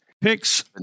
picks